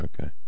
Okay